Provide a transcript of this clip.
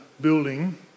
building